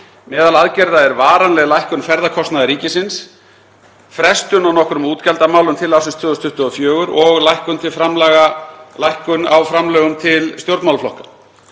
Meðal aðgerða er varanleg lækkun, ferðakostnaður ríkisins, frestun á nokkrum útgjaldamálum til ársins 2024 og lækkun lækkun á framlögum til stjórnmálaflokka.